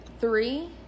three